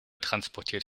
transportiert